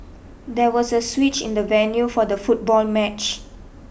there was a switch in the venue for the football match